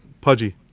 Pudgy